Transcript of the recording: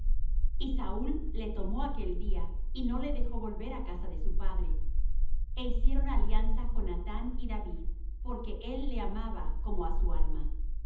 y saúl le tomó aquel día y no le dejó volver á casa de su padre e hicieron alianza jonathán y david porque él le amaba como á su alma